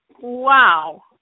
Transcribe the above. Wow